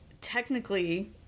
technically